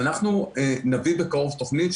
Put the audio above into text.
אנחנו נביא בקרוב תוכנית,